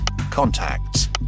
contacts